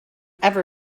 ever